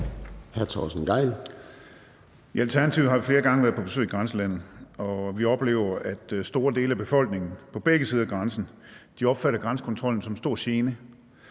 I Alternativet har vi flere gange været på besøg i grænselandet, og vi oplever, at store dele af befolkningen på begge sider af grænsen opfatter grænsekontrollen som en stor gene.